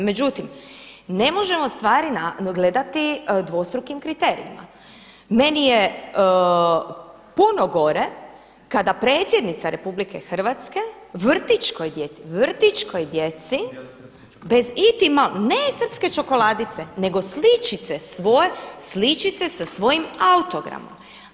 Međutim, ne možemo stvari gledati dvostrukim kriterijima, meni je puno gore kada predsjednica RH vrtićkoj djeci bez iti malo, ne srpske čokoladice nego sličice svoje sličice sa svojim autogramom.